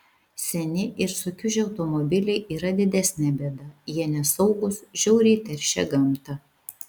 seni ir sukiužę automobiliai yra didesnė bėda jie nesaugūs žiauriai teršia gamtą